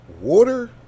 Water